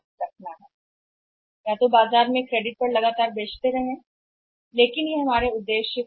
हो सकता है कि क्रेडिट के आधार पर बाजार में बिकवाली न की जाए उद्देश्य